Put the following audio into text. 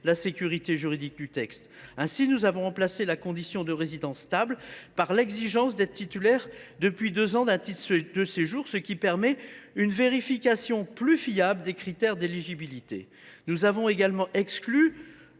la sécurité juridique du texte. Ainsi, nous avons remplacé la condition de « résidence stable » par l’exigence d’être titulaire depuis deux ans d’un titre de séjour, ce qui permet une vérification plus fiable des critères d’éligibilité. Nous avons également exclu